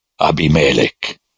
Abimelech